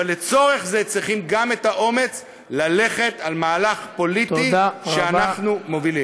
אבל לצורך זה צריכים גם את האומץ ללכת על מהלך פוליטי שאנחנו מובילים.